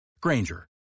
Granger